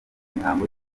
imihango